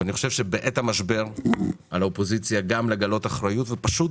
אבל אני חושב שבעת המשבר על האופוזיציה גם לגלות אחריות ופשוט